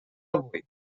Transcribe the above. avui